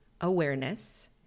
awareness